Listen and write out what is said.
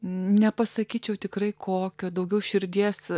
nepasakyčiau tikrai kokio daugiau širdies